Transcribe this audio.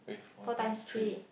four times three